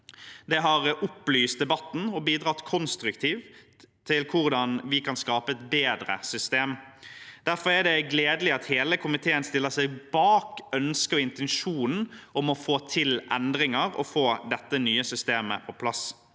Det har opplyst debatten og bidratt konstruktivt til hvordan vi kan skape et bedre system. Derfor er det gledelig at hele komiteen stiller seg bak ønsket og intensjonen om å få til endringer og få dette nye systemet på plass.